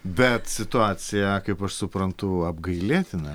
bet situacija kaip aš suprantu apgailėtina